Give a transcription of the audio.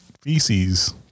Feces